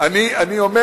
אני אומר: